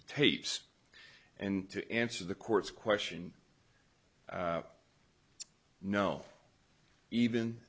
the tapes and to answer the court's question no even